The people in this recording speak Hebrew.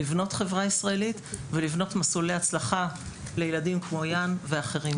לבנות חברה ישראלית ולבנות מסלולי הצלחה לילדים כמו יאן ואחרים.